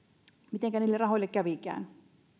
mitenkä niille rahoille kävikään